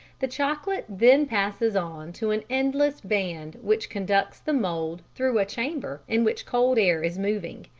the chocolate then passes on to an endless band which conducts the mould through a chamber in which cold air is moving.